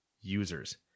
users